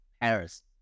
Paris